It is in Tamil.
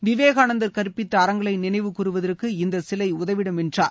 விவேகானந்தர் கற்பித்த அறங்களை நினைவுகூறுவதற்கு இந்த சிலை உதவிடும் என்றார்